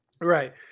right